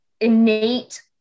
innate